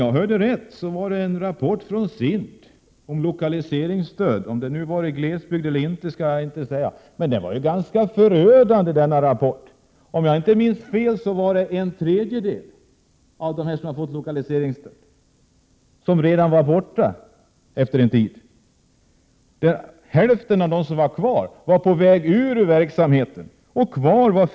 Jag skall inte ta 26 maj 1988 detta till intäkt för något speciellt, eftersom jag inte har rapporten själv. Men rapporten var ganska förödande. Om jag inte minns fel sades att en tredjedel av dem som fått lokaliseringsstöd redan hade flyttat. Hälften av dem som var kvar var på väg att flytta. Kvar fanns 15 96.